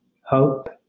hope